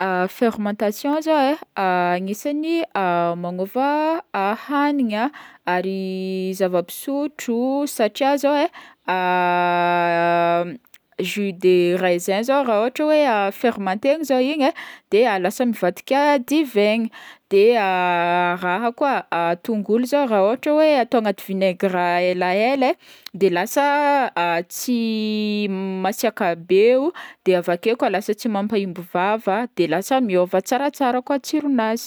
Fermentation zao e agnisan'ny magnova a hagniny ary zava-pisotro satria zao e jus de raisin zao raha ôhatra hoe fermentegny zao igny de lasa mivadiky divaigny de a raha koa, tongolo zao raha ôhatra hoe atao agnaty vinaigre elaela e de lasa tsy masiaka be o, de avake koa lasa tsy mahamaîmbo vava de lasa tsaratsara koa tsiron'azy.